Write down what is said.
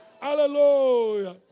Hallelujah